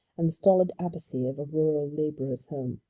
and the stolid apathy of a rural labourer's home.